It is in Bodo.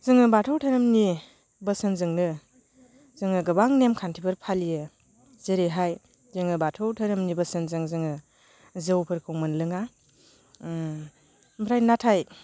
जोङो बाथौ धोरोमनि बोसोनजोंनो जोङो गोबां नेमखान्थिफोर फालियो जेरैहाय जोङो बाथौ धोरोमनि बोसोनजों जोङो जौफोरखौ मोनलोङा ओमफ्राय नाथाय